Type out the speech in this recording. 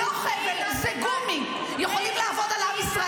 לא חבל, זה גומי, יכולים לעבוד על עם ישראל.